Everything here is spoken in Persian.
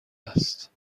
است